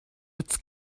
its